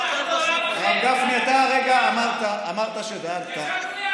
הרב גפני, אתה הרגע אמרת שזה עד כאן.